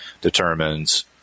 determines